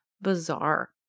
bizarre